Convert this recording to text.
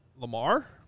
lamar